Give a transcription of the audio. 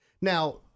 Now